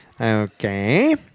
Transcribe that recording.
Okay